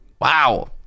Wow